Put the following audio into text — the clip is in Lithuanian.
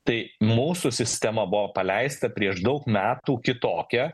tai mūsų sistema buvo paleista prieš daug metų kitokia